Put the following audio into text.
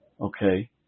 okay